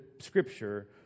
Scripture